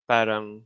Parang